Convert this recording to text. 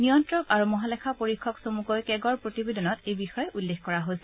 নিয়ন্ত্ৰক আৰু মহালেখা পৰীক্ষক চমুকৈ কেগৰ প্ৰতিবেদনত এই বিষয়ে উল্লেখ কৰা হৈছে